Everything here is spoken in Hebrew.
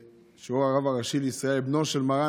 הרב הראשי לישראל, בנו של מרן